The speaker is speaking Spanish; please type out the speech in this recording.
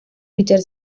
richard